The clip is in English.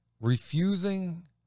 Refusing